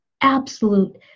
Absolute